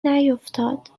نیفتاد